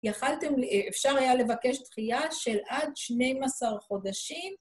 אפשר היה לבקש תחייה של עד 12 חודשים.